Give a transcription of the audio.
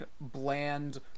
bland